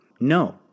No